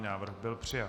Návrh byl přijat.